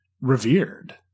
revered